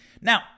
Now